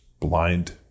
blind